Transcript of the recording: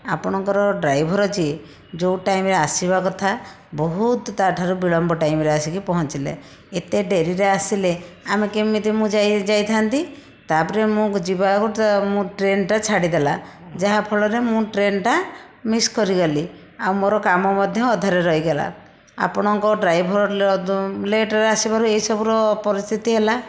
ଆପଣଙ୍କର ଡ୍ରାଇଭର ଯିଏ ଯେଉଁ ଟାଇମରେ ଆସିବା କଥା ବହୁତ ତା ଠାରୁ ବିଳମ୍ବ ଟାଇମରେ ଆସିକି ପହଁଞ୍ଚିଲେ ଏତେ ଡେରିରେ ଆସିଲେ ଆମେ କେମିତି ମୁଁ ଯାଇ ଯାଇଥାନ୍ତି ତାପରେ ମୁଁ ଯିବା ଆଗରୁ ତା ମୁଁ ଟ୍ରେନଟା ଛାଡ଼ିଦେଲା ଯାହାଫଳରେ ମୁଁ ଟ୍ରେନଟା ମିସ୍ କରିଗଲି ଆଉ ମୋର କାମ ମଧ୍ୟ ଅଧାରେ ରହିଗଲା ଆପଣଙ୍କ ଡ୍ରାଇଭର ଲେଟରେ ଆସିବାରୁ ଏହି ସବୁର ପରିସ୍ଥିତି ହେଲା